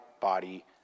body